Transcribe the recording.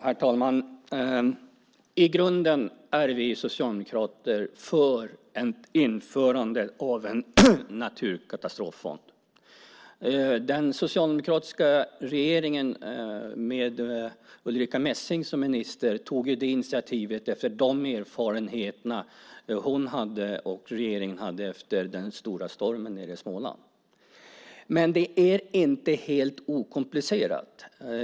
Herr talman! I grunden är vi socialdemokrater för ett införande av en naturkatastroffond. Den socialdemokratiska regeringen med Ulrica Messing som minister tog initiativ till en sådan efter de erfarenheter hon och regeringen hade av den stora stormen nere i Småland. Men det är inte helt okomplicerat.